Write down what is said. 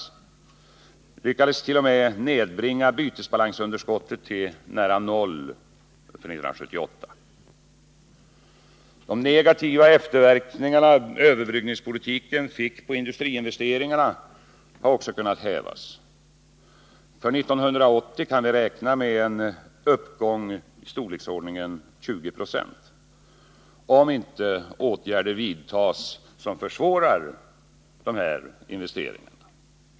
Vi lyckades t.o.m. nedbringa bytesbalansunderskottet till nära noll 1978. De negativa efterverkningarna som överbryggningspolitiken fick på industriinvesteringarna har också kunnat hävas. För 1980 kan vi räkna med en uppgång i storleksordningen 20 96 — om inte åtgärder vidtas som försvårar dessa investeringar.